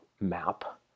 map